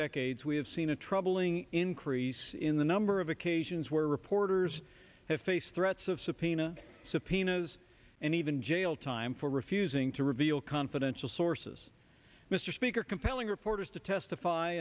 decades we have seen a troubling increase in the number of occasions where reporters have faced threats of subpoena subpoenas and even jail time for refusing to reveal confidential sources mr speaker compelling reporters to testify